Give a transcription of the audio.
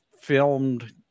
filmed